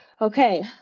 Okay